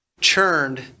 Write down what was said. churned